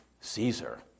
Caesar